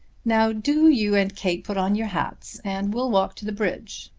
now do you and kate put on your hats and we'll walk to the bridge.